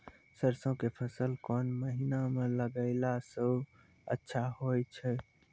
सरसों के फसल कोन महिना म लगैला सऽ अच्छा होय छै?